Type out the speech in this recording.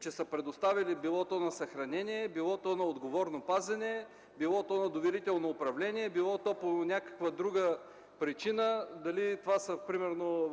че са предоставили – било то на съхранение, било то на отговорно пазене, било то на доверително управление, било то по някаква друга причина, дали това са примерно